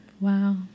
Wow